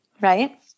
right